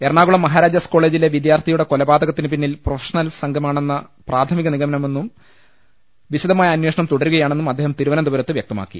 Ernakulam Maharaja's കോളേജിലെ വിദ്യാർത്ഥിയുടെ കൊലപാതകത്തിന് പിന്നിൽ പ്രൊഫഷണൽ സംഘമാണെന്നാണ് പ്രാഥമിക നിഗമനമെന്നും വിശദമായ അന്വേഷണം തുടരുകയാണെന്നും അദ്ദേഹം തിരുവ നന്തപുരത്ത് വ്യക്തമാക്കി